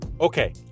Okay